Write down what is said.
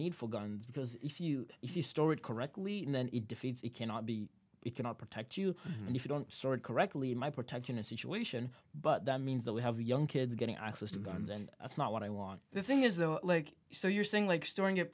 need for guns because if you if you store it correctly then it defeats you cannot be you cannot protect you and if you don't sort correctly my protection and situation but that means that we have young kids getting isis to guns and that's not what i want the thing is though like so you're saying like storing it